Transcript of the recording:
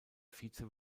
vize